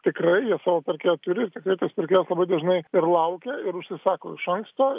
tikrai jie savo pirkėją turi ir tikrai tas pirkėjas labai dažnai ir laukia ir užsisako iš anksto